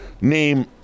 name